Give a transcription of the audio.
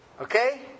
Okay